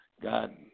God